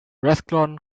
restaurant